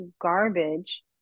garbage